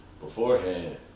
beforehand